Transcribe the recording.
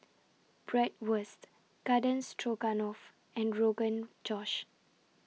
Bratwurst Garden Stroganoff and Rogan Josh